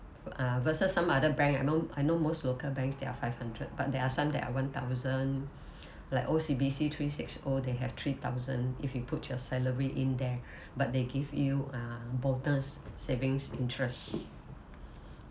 uh versus some other bank I know I know most local banks they are five hundred but there are some that are one thousand like O_C_B_C three six O they have three thousand if you put your salary in there but they give you uh bonus savings interest